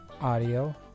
Audio